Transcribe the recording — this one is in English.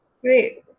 great